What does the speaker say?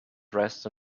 dressed